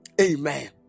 Amen